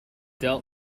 dealt